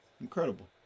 incredible